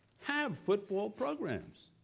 have football programs?